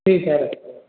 ٹھیک ہے